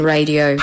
Radio